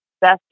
best